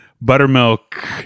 buttermilk